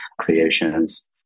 creations